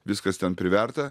viskas ten priverta